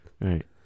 Right